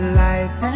life